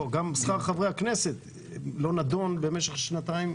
גם שכר חברי הכנסת לא נדון במשך שנתיים.